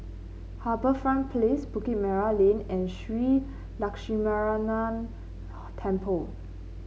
HarbourFront Place Bukit Merah Lane and Shree Lakshminarayanan Temple